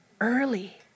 Early